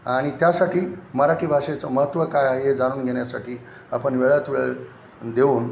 आणि त्यासाठी मराठी भाषेचं महत्त्व काय आहे हे जाणून घेण्यासाठी आपण वेळात वेळ देऊन